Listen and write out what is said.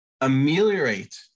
ameliorate